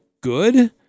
good